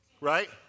Right